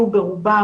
הללו,